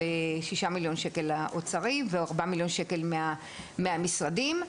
6,000,000 שקל לאוצרי ו-4,000,000 שקל מהמשרדים.